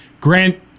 Grant